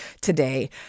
today